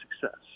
success